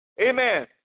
Amen